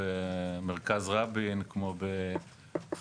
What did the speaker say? כמו מרכז רבין,